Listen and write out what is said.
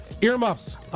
earmuffs